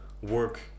work